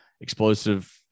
explosive